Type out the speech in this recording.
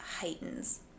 heightens